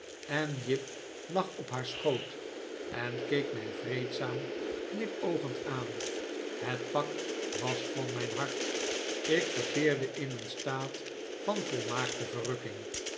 en jip lag op haar schoot en keek mij vreedzaam knipoogend aan het pak was van mijn hart ik verkeerde in een staat van volmaakfte verrukking